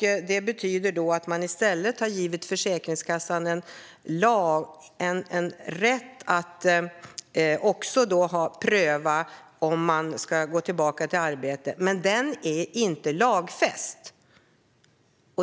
Detta betyder att man i stället har givit Försäkringskassan rätten att pröva om personen ska gå tillbaka till arbetet, men den är inte lagfäst.